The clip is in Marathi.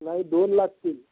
नाही दोन लागतील